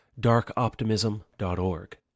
darkoptimism.org